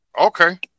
Okay